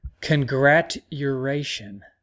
congratulation